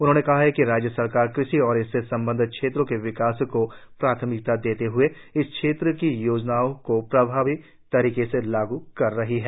उन्होंने कहा कि राज्य सरकार कृषि और इससे संबद्ध क्षेत्रों के विकास को प्राथमिकता देते हए इस क्षेत्र की योजनाओं को प्रभावी तरीके से लागू कर रही है